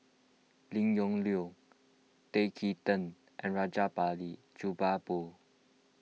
Lim Yong Liang Tan Kim Tian and Rajabali Jumabhoy